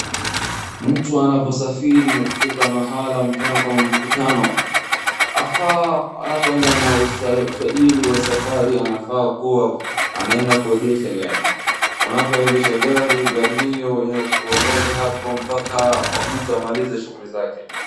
Mtu anaposafiri na kufika mahali kwa mfano kama mkutano, afaa anapoenda na usajili wa safari anafaa kuwa anaenda kuegesha gari. Anapoegesha gari, gari hiyo inangoja hapo mpaka mtu amalize shughuli zake.